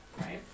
Right